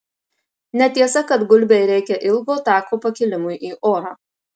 netiesa kad gulbei reikia ilgo tako pakilimui į orą